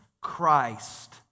Christ